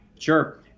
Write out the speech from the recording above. Sure